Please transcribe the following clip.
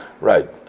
Right